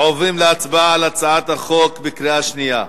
עוברים להצבעה על הצעת החוק בקריאה שנייה.